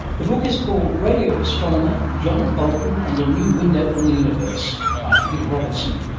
the book is called radio astronomer john bolton and a new window on the universe by peter robertson,